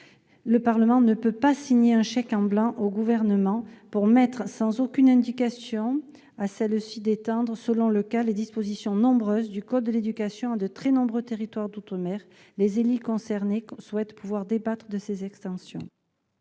Le Parlement ne peut pas signer un chèque en blanc au Gouvernement pour lui permettre, sans aucune indication, d'étendre de nombreuses dispositions du code de l'éducation à de très nombreux territoires d'outre-mer. Les élus concernés souhaitent pouvoir débattre de ces extensions.